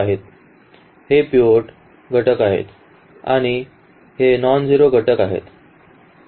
आहेत हे पिव्होट घटक आहेत आणि हे नॉनझेरो घटक आहेत